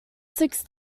six